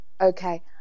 Okay